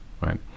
right